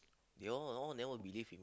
they all all never believe in